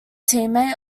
teammate